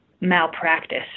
malpractice